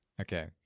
okay